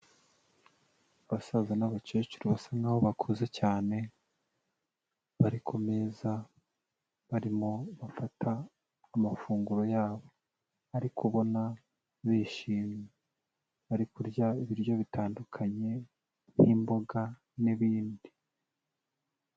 Abasaza n'abakecuru basa nkaho bakuze cyane bari ku meza, barimo bafata amafunguro yabo, ariko ubona bishimye, bari kurya ibiryo bitandukanye nk'imboga n'ibindi.